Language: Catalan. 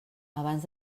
abans